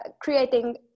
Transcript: creating